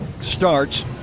starts